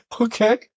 Okay